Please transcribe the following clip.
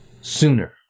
Sooner